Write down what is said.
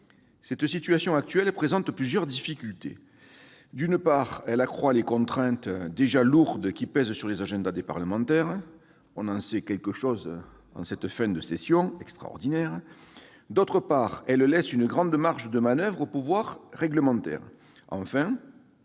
La situation actuelle présente plusieurs difficultés : elle accroît les contraintes, déjà lourdes, qui pèsent sur les agendas des parlementaires- nous en savons quelque chose en cette fin de session extraordinaire ; elle laisse une grande marge de manoeuvre au pouvoir réglementaire